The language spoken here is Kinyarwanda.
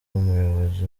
umuyobozi